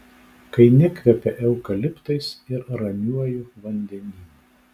kai nekvepia eukaliptais ir ramiuoju vandenynu